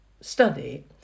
study